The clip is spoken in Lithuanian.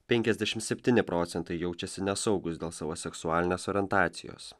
penkiasdešim septyni procentai jaučiasi nesaugūs dėl savo seksualinės orientacijos